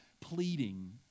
pleading